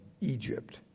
Egypt